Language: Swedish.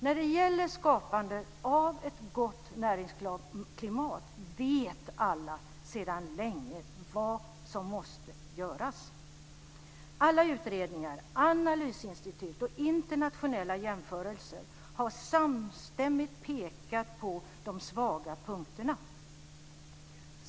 När det gäller skapandet av ett gott näringsklimat vet alla sedan länge vad som måste göras. Alla utredningar, analysinstitut och internationella jämförelser har samstämmigt pekat på de svaga punkterna.